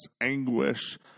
anguish